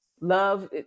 love